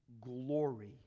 glory